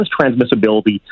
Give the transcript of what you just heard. transmissibility